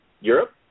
Europe